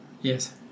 Yes